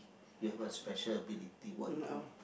you have a special ability what you